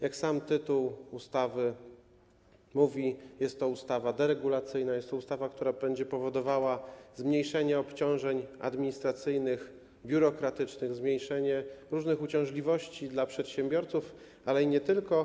Jak sam tytuł mówi, jest to ustawa deregulacyjna, jest to ustawa, która będzie powodowała zmniejszenie obciążeń administracyjnych, biurokratycznych, zmniejszenie różnych uciążliwości dla przedsiębiorców, ale nie tylko.